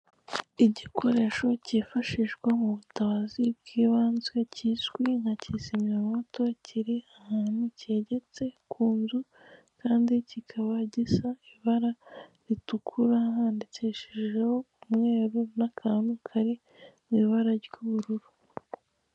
Igikoresho kifshisha mu butabazi bw'ibanze kizwi nka kizimyamwoto kiri ahantu kegetse ku nzu kandi gikaba gisa ibara ritukura handikishijeho umweru n'akantu kari mu ibara ry'ubururu.